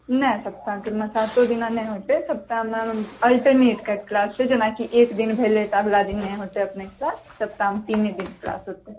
नहि सप्ताहके सातो दिन नहि होइ छै सप्ताहमे अल्टरनेट कऽ क्लास छै जेनाकि एक दिन भेलै तऽ अगला दिन नहि हेतै सप्ताहमे तीने दिन क्लास हेतै